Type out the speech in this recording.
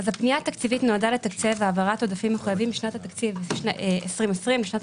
הפנייה התקציבית נועדה לתקצב העברת עודפים מחויבים משנת התקציב 2020 לשנת